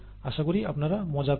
আশা করি আপনাদের ভালো লেগেছে